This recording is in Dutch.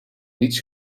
niets